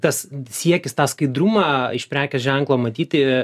tas siekis tą skaidrumą iš prekės ženklo matyti